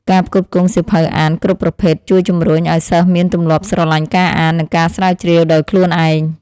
ការផ្គត់ផ្គង់សៀវភៅអានគ្រប់ប្រភេទជួយជំរុញឱ្យសិស្សមានទម្លាប់ស្រឡាញ់ការអាន និងការស្រាវជ្រាវដោយខ្លួនឯង។